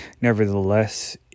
nevertheless